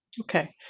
Okay